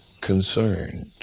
concerned